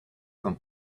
come